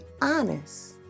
honest